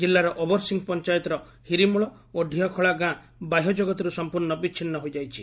ଜିଲ୍ଲାର ଓବରସିଂ ପଞାୟତର ହିରିମଳ ଓ ଡିହଖଳା ଗାଁ ବାହ୍ୟ ଜଗତରୁ ସମ୍ମର୍ଶ୍ର ବିଛିନ୍ନ ହୋଇଯାଇଛି